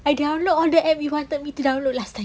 I download all the app you wanted me to download last time